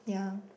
yeah